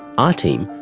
our team,